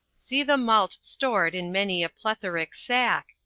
see the malt stored in many a plethoric sack,